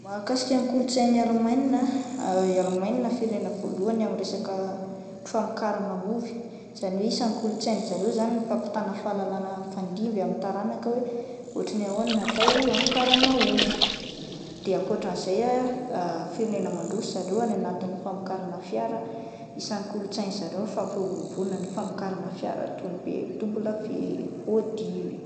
Mahakasika ny kolotsain'i Alemaina ah, Alemaina firenena voalohany amin'ny resaka famokarana ovy izany hoe isan'ny kolotsain'ny zareo izany ny fampitana fahalalana mifandimby amin'ny taranaka hoe ohatry ny ahoana no atao hamokarana ovy, de akoatran'izay ah firenena mandroso zareo any anatin'ny famokarana fiara isan'ny kolotsain-ndry zareo ny fampiroboroboana ny famokarana fiara toy ny BMW, Audi ih.